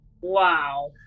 Wow